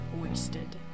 wasted